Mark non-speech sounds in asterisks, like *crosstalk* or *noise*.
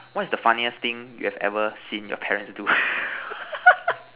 what is the funniest thing you've ever seen your parents do *laughs*